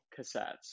cassettes